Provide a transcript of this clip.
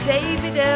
David